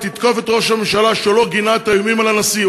ותתקוף את ראש הממשלה שלא גינה את האיומים על הנשיא.